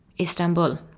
Istanbul